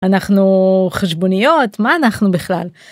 אנחנו חשבוניות מה אנחנו בכלל.